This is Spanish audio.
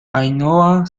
ainhoa